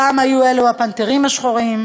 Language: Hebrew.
פעם היו אלה "הפנתרים השחורים",